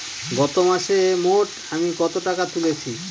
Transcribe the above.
গত মাসে মোট আমি কত টাকা তুলেছি?